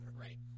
right